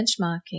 benchmarking